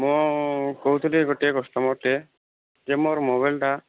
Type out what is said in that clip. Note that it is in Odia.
ମୁଁ କହୁଥିଲି ଗୋଟେ କଷ୍ଟମର ଟେ ଯେ ମୋର ମୋବାଇଲ ଟା